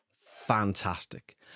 fantastic